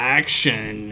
action